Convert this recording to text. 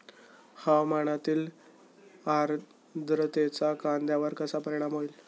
हवामानातील आर्द्रतेचा कांद्यावर कसा परिणाम होईल?